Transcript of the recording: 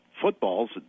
footballs